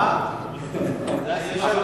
היושב-ראש,